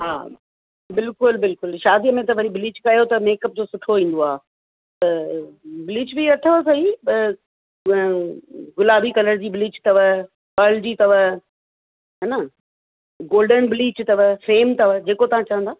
हा बिल्कुलु बिल्कुलु शादीअ में त वरी ब्लीच कयो त मेकअप जो सुठो ईंदो आहे ब्लीच बि अथव सही गुलाबी कलर जी ब्लीच अथव पर्ल जी अथव हा न गोल्डन ब्लीच अथव फ़ेम अथव जेको तव्हां चवंदा